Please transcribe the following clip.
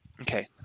Okay